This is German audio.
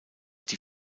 die